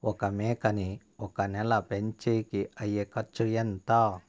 ఒక మేకని ఒక నెల పెంచేకి అయ్యే ఖర్చు ఎంత?